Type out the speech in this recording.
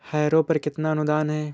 Harrow पर कितना अनुदान है?